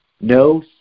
no